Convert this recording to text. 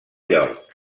york